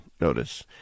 Notice